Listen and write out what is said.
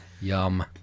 Yum